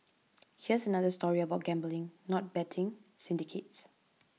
here's another story about gambling not betting syndicates